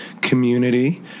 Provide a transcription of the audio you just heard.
community